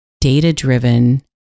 data-driven